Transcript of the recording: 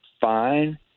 fine